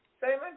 Simon